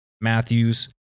Matthews